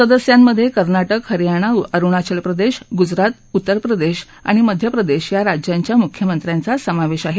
सदस्यांमधे कर्नाटक हरयाना अरुणाचल प्रदेश गुजरात उत्तर प्रदेश आणि मध्य प्रदेश या राज्यांच्या मुख्यमंत्र्यांचा समावेश आहे